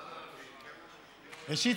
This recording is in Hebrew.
ראשית,